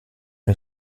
est